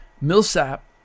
Millsap